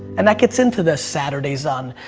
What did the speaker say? and that gets into the saturdays on,